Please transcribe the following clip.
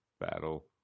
battle